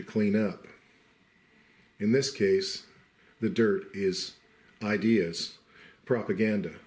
to clean up in this case the dirt is ideas propaganda